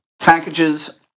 packages